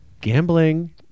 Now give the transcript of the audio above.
gambling